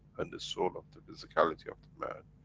and the soul of the physicality of the man.